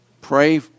pray